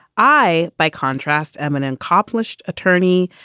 i, by contrast, eminent accomplished attorney,